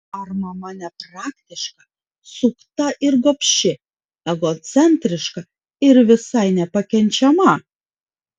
ar mama nepraktiška sukta ir gobši egocentriška ir visai nepakenčiama